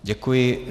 Děkuji.